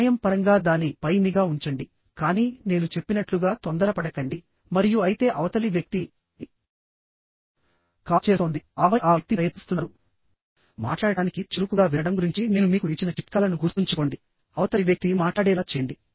సమయం పరంగా దాని పై నిఘా ఉంచండి కానీ నేను చెప్పినట్లుగా తొందరపడకండి మరియు అయితే అవతలి వ్యక్తి కాల్ చేస్తోందిఆపై ఆ వ్యక్తి ప్రయత్నిస్తున్నారు మాట్లాడటానికిచురుకుగా వినడం గురించి నేను మీకు ఇచ్చిన చిట్కాలను గుర్తుంచుకోండిఅవతలి వ్యక్తి మాట్లాడేలా చేయండి